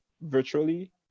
virtually